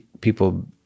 people